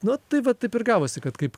na tai va taip ir gavosi kad kaip